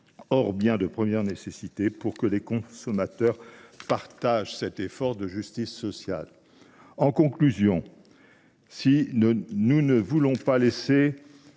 des biens de première nécessité, pour que les consommateurs partagent l’effort de justice sociale. En conclusion, si nous voulons ne pas laisser